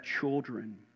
children